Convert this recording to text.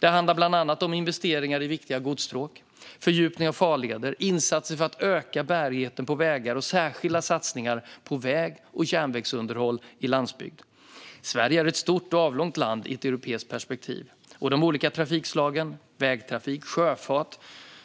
Det handlar bland annat om investeringar i viktiga godsstråk, fördjupning av farleder, insatser för att öka bärigheten på vägar och särskilda satsningar på väg och järnvägsunderhåll i landsbygd. Sverige är ett stort och avlångt land i ett europeiskt perspektiv. De olika trafikslagen - vägtrafik, sjöfart,